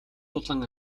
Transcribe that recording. дулаан